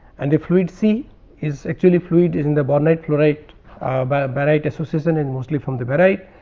and the fluid c is actually fluid is in the boronite fluorite but ah barite association and mostly from the barite.